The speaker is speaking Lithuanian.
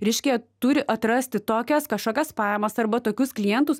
riške turi atrasti tokias kažkokias pajamas arba tokius klientus